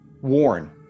Warren